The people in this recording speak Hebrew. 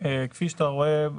כפי שאתה רואה,